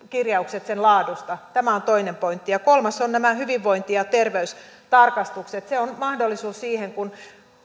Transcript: kirjaukset sen laadusta tämä on toinen pointti ja kolmas on nämä hyvinvointi ja terveystarkastukset se on mahdollisuus siihen kun